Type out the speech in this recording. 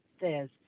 says